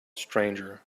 stranger